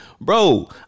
Bro